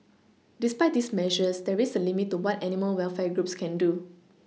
despite these measures there is a limit to what animal welfare groups can do